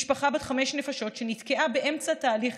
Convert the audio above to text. משפחה בת חמש נפשות נתקעה באמצע תהליך